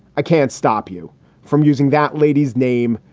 i can't stop you from using that lady's name.